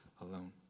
alone